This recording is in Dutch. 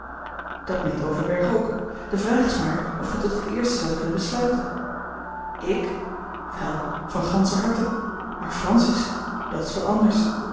dat meent overberg ook de vraag is maar of gij tot het eerste zoudt kunnen besluiten ik wel van ganscher harte maar francis dat is wat anders